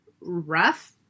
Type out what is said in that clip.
rough